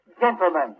gentlemen